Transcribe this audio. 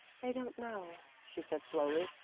i don't know, she said slowly.